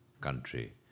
country